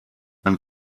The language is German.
man